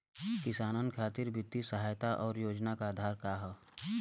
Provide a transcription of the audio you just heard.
किसानन खातिर वित्तीय सहायता और योजना क आधार का ह?